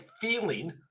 feeling